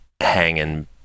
hanging